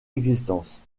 existence